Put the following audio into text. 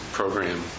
program